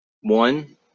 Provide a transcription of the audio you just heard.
one